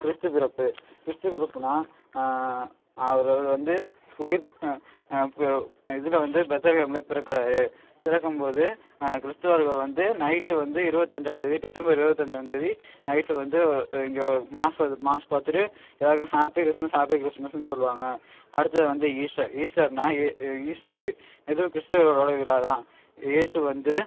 கிறிஸ்து பிறப்பு கிறிஸ்து பிறப்புன்னா அவர் அவர் வந்து உயிர்த் இப்போ இதில் வந்து பெத்தலகேமில் பிறக்குறாரு பிறக்கும் போது கிறிஸ்துவர்கள் வந்து நைட்டு வந்து இருபத்தஞ்சாந்தேதி டிசம்பர் இருபத்தஞ்சாந்தேதி நைட்டு வந்து இங்கே மாஸ் வந்து மாஸ் பார்த்துட்டு எல்லோருக்கும் ஹாப்பி கிறிஸ்மஸ் ஹாப்பி கிறிஸ்மஸ்னு சொல்லுவாங்க அடுத்தது வந்து ஈஸ்டர் ஈஸ்டர்னா ஏ ஈஸ்ட இதுவும் கிறிஸ்தவர்களோடய விழா தான் இயேசு வந்து